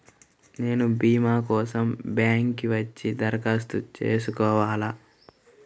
నేను భీమా కోసం బ్యాంక్కి వచ్చి దరఖాస్తు చేసుకోవాలా?